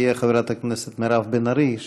חברת הכנסת מירב בן ארי,